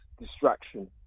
distraction